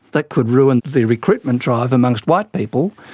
that could ruin the recruitment drive amongst white people,